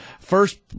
first